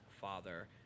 father